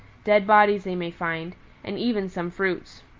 dead bodies they may find, and even some fruits.